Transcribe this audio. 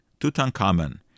Tutankhamen